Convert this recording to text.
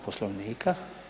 Poslovnika.